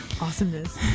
Awesomeness